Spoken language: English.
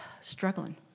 struggling